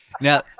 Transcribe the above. now